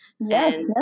yes